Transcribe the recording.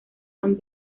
san